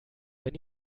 wenn